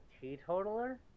teetotaler